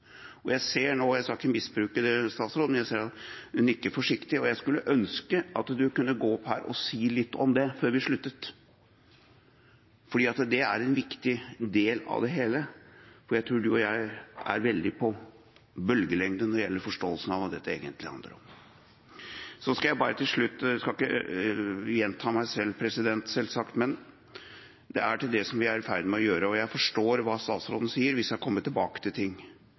sosiallovgivning. Jeg skal ikke misbruke det, men jeg ser nå at statsråden nikker forsiktig. Jeg skulle ønske at han kunne gå opp her og si litt om det før vi avslutter, for det er en viktig del av det hele. Jeg tror statsråden og jeg er veldig på bølgelengde når det gjelder forståelsen av hva dette egentlig handler om. Så skal jeg bare til slutt – jeg skal ikke gjenta meg selv, selvsagt – si noe om det som vi er i ferd med å gjøre. Jeg forstår hva statsråden sier, om at vi skal komme tilbake til ting.